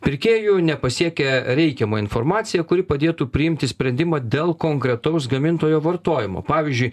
pirkėjų nepasiekia reikiamą informaciją kuri padėtų priimti sprendimą dėl konkretaus gamintojo vartojimo pavyzdžiui